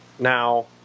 Now